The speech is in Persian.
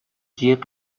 جیغ